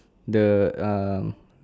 the um